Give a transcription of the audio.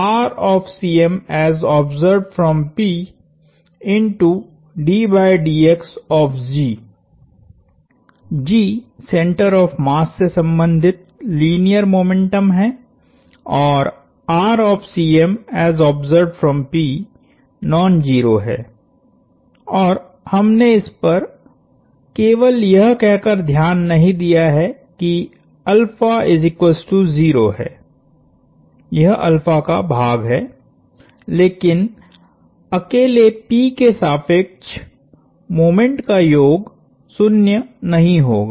G centre of mass से संबंधित linear momentum है और नॉन जीरो है और हमने इस पर केवल यह कहकर ध्यान नहीं दिया है कि है यह का भाग है लेकिन अकेले P के सापेक्ष मोमेंट का योग 0 नहीं होगा